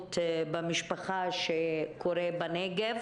אלימות במשפחה בנגב.